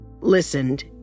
listened